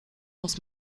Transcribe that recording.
muss